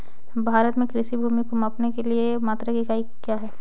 भारत में कृषि भूमि को मापने के लिए मात्रक या इकाई क्या है?